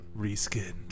Reskin